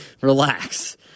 relax